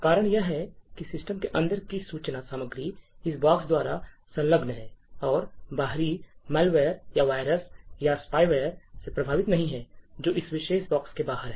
कारण यह है कि सिस्टम के अंदर की सूचना सामग्री इस बॉक्स द्वारा संलग्न है और बाहरी मैलवेयर या वायरस या स्पाइवेयर से प्रभावित नहीं है जो इस विशेष बॉक्स के बाहर है